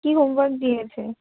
কী homework দিয়েছে